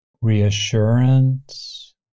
reassurance